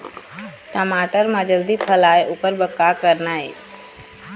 टमाटर म जल्दी फल आय ओकर बर का करना ये?